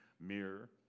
mirror